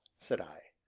said i.